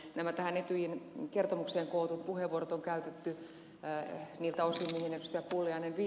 nämä tähän etyjin kertomukseen kootut puheenvuorot on käytetty niiltä osin mihin ed